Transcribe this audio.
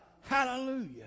Hallelujah